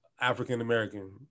African-American